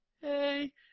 Hey